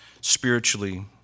spiritually